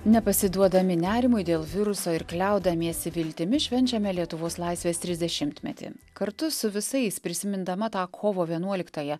nepasiduodami nerimui dėl viruso ir kliaudamiesi viltimi švenčiame lietuvos laisvės trisdešimtmetį kartu su visais prisimindama tą kovo vienuoliktąją